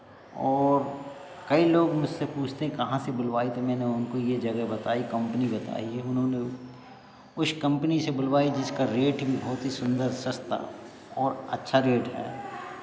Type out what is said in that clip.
और कई लोग मुझसे पूछते हैं कहाँ से बुलवाई तो मैंने उनको ये जगह बताई कंपनी बताई है उन्होंने उस कंपनी से बुलवाई जिसका रेट भी बहुत ही सुंदर सस्ता और अच्छा रेट है